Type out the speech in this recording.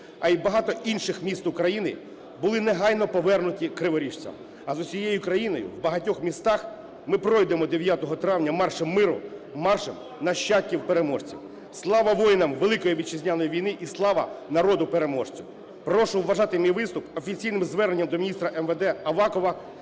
а й багато інших міст України, були негайно повернуті криворіжцям. А з усією країною в багатьох містах ми пройдемо 9 травня маршем миру, маршем нащадків переможців. Слава воїнам Великої Вітчизняної війни і слава народу-переможцю! Прошу вважати мій виступ офіційним зверненням до міністра МВД Авакова.